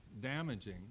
damaging